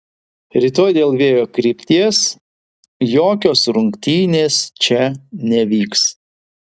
rytoj dėl vėjo krypties jokios rungtynės čia nevyks